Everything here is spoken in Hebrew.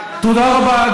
תודה רבה,